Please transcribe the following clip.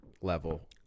level